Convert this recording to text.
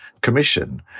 Commission